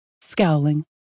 Scowling